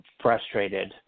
frustrated